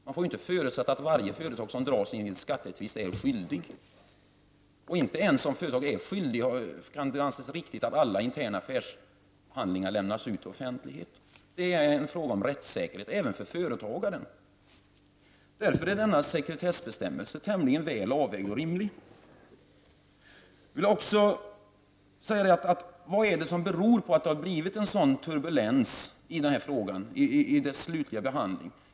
Det går inte att förutsätta att varje företag som dras in i en skattetvist är skyldigt. Inte ens om företaget är skyldigt kan det anses riktigt att alla interna affärshandlingar lämnas ut och ges offentlighet. Det är en fråga om rättssäkerhet även gentemot företagaren. Därför är denna sekretessbestämmelse tämligen väl avvägd och rimlig. Varför har det då blivit en sådan turbulens i denna frågas slutliga behandling?